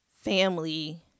family